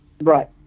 Right